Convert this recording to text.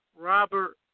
Robert